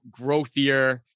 growthier